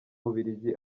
bubiligi